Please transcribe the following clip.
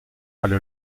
alle